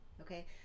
Okay